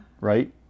Right